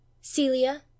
celia